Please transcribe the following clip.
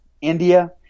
India